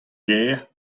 gêr